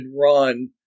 run